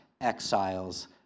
exiles